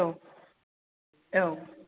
औ औ